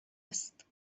است